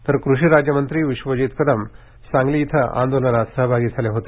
तर कृषी राज्यमंत्री विश्वजीत कदम सांगली इथं आंदोलनात सहभागी झाले होते